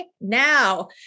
now